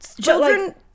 Children